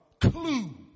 clue